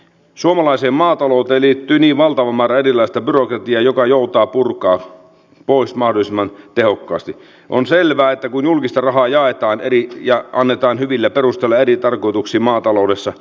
n suomalaiseen maatalouteen liittyy niin valtava marelillestä byrokratia joka joutaa purkaa pois mahdollisimman tehokkaasti on selvää että kun julkista rahaa jaetaan eri ja annetaan hyvillä perusteilla eri tarkoituksiin maataloudessa